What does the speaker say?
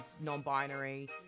non-binary